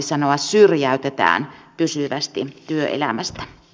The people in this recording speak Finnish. syrjäytetään pysyvästi työelämästä